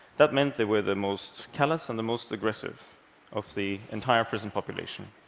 that meant they were the most callous and the most aggressive of the entire prison population.